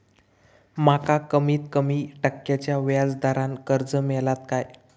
माका कमीत कमी टक्क्याच्या व्याज दरान कर्ज मेलात काय?